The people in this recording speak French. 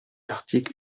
article